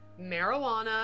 marijuana